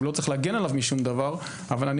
הוא לא צריך להגן עליו משום דבר אבל אני